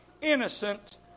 innocent